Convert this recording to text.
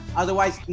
otherwise